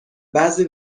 بعضی